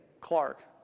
Clark